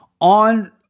On